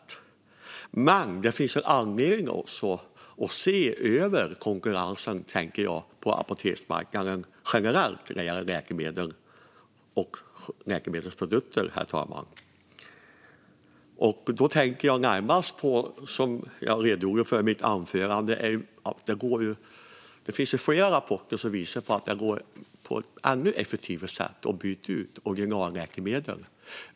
Men det finns också anledning att se över konkurrensen på apoteksmarknaden generellt när det gäller läkemedel och läkemedelsprodukter, herr talman. Då tänker jag närmast på att det, som jag redogjorde för i mitt anförande, finns flera rapporter som visar att det går att byta ut originalläkemedel på ett ännu effektivare sätt.